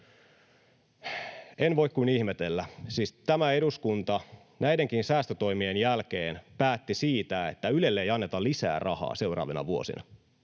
En voi kuin ihmetellä. Siis tämä eduskunta näidenkin säästötoimien jälkeen päätti siitä, että Ylelle ei anneta lisää rahaa seuraavina vuosina,